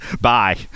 Bye